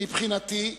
מבחינתי,